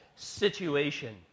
situation